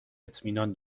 اطمینان